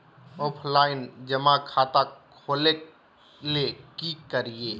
Offline जमा खाता खोले ले की करिए?